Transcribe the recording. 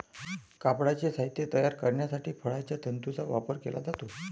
कापडाचे साहित्य तयार करण्यासाठी फळांच्या तंतूंचा वापर केला जातो